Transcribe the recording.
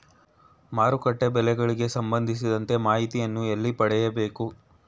ಮಾರುಕಟ್ಟೆ ಬೆಲೆಗಳಿಗೆ ಸಂಬಂಧಿಸಿದಂತೆ ಮಾಹಿತಿಯನ್ನು ಎಲ್ಲಿ ಪಡೆಯಬೇಕು?